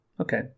Okay